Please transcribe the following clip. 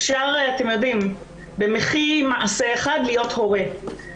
אפשר במחי מעשה אחד להיות הורה.